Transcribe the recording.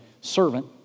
servant